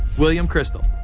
william crystal,